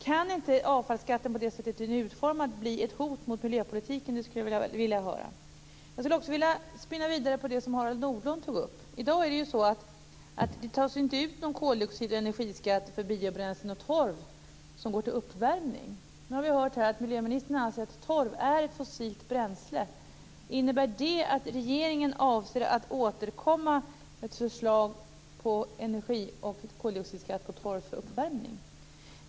Kan inte avfallsskatten på det sättet den är utformad bli ett hot mot miljöpolitiken? Det skulle jag vilja få svar på. Jag vill spinna vidare på det som Harald Nordlund tog upp. I dag tas det inte ut någon koldioxid och energiskatt för biobränslen och torv som går till uppvärmning. Nu har vi här hört att miljöministern anser att torv är ett fossilt bränsle. Innebär det att regeringen avser att återkomma med ett förslag till energioch koldioxidskatt på torvuppvärmning?